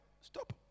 Stop